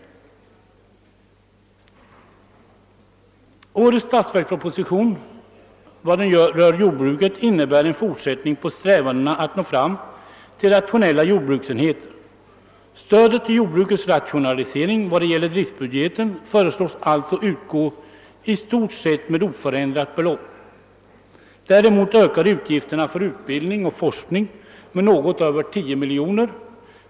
Förslagen i årets statsverksproposition utgör i fråga om jordbruket en fortsättning av strävandena att nå fram till rationella jordbruksenheter. Stödet till jordbrukets rationalisering föreslås vad gäller driftbudgeten utgå med i stort sett oförändrat belopp. Däremot ökar utgifterna för utbildning och forskning med något över 10 miljoner.